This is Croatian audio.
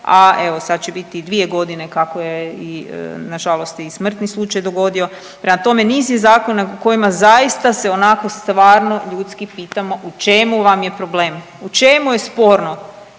a evo sad će biti 2.g. kako je i nažalost i smrtni slučaj dogodio. Prema tome, niz je zakona u kojima zaista se onako stvarno ljudski pitamo u čemu vam je problem? U čemu je sporno